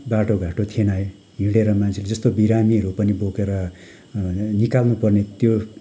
बाटो घाटो थिएन है हिँडेर मान्छेले जस्तो बिरामीहरू पनि बोकेर निकाल्नु पर्ने त्यो